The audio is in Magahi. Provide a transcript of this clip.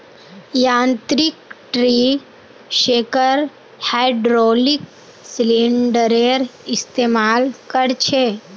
यांत्रिक ट्री शेकर हैड्रॉलिक सिलिंडरेर इस्तेमाल कर छे